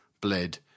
bled